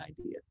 idea